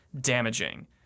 damaging